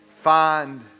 Find